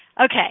Okay